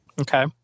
Okay